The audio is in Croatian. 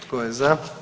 Tko je za?